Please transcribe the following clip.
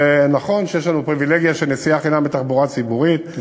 ונכון שיש לנו פריבילגיה של נסיעה חינם בתחבורה ציבורית,